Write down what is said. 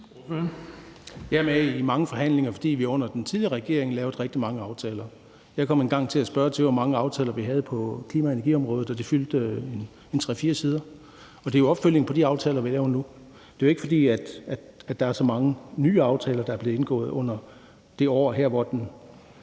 Jeg er med i mange forhandlinger, fordi vi under den tidligere regering lavede rigtig mange aftaler. Jeg kom engang til at spørge til, hvor mange aftaler vi havde på klima- og energiområdet, og det fyldte 3-4 sider. Det er jo en opfølgning på de aftaler, vi laver nu. Det er ikke, fordi der er så mange nye aftaler, der er blevet indgået i det her år, hvor den